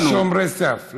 שומרי סף.